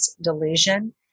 delusion